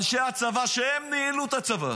אנשי הצבא, שהם ניהלו את הצבא,